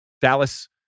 Dallas